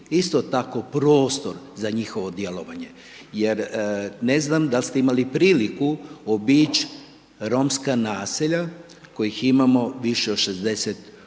isto tako prostor za njihovo djelovanje jer ne znam dal' ste imali priliku obići romska naselja kojih imamo više od 60